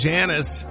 Janice